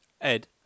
Ed